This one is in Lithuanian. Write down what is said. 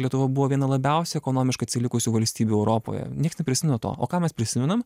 lietuva buvo viena labiausiai ekonomiškai atsilikusių valstybių europoje nieks neprisimena to o ką mes prisimenam